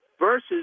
versus